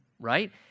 right